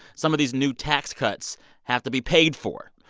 some of these new tax cuts have to be paid for,